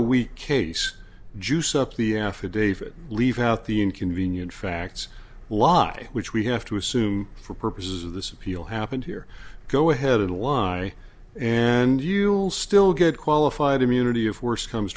a weak case juice up the affidavit leave out the inconvenient facts lie which we have to assume for purposes of this appeal happened here go ahead and why and you'll still get qualified immunity if worst comes